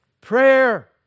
Prayer